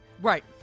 Right